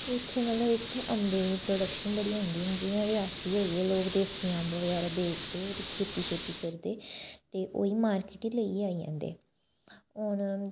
ते इत्थें मतलब इत्थें अम्बें दी प्रोडक्शन बड़ी होंदी हून जियां रियासी होई गे लोक देसी अम्ब बगैरा बेचदे ओह्दी खेती छेती करदे ते ओह् ही मार्केट लेइयै आई जंदे हून